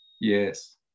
Yes